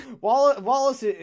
Wallace